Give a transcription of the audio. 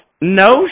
No